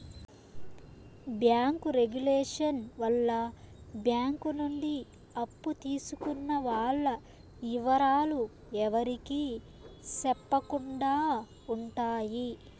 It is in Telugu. బ్యాంకు రెగులేషన్ వల్ల బ్యాంక్ నుండి అప్పు తీసుకున్న వాల్ల ఇవరాలు ఎవరికి సెప్పకుండా ఉంటాయి